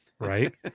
right